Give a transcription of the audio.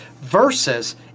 versus